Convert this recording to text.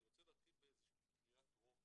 אני רוצה להתחיל באיזושהי קריאה טרומית.